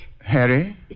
Harry